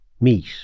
meet